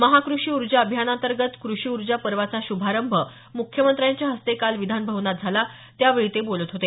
महा कृषी ऊर्जा अभियानांतर्गत कृषी ऊर्जा पर्वाचा शुभारंभ मुख्यमंत्र्यांच्या हस्ते काल विधानभवनात करण्यात आला त्यावेळी ते बोलत होते